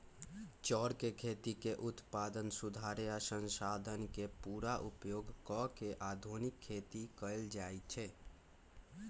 चौर के खेती में उत्पादन सुधारे आ संसाधन के पुरा उपयोग क के आधुनिक खेती कएल जाए छै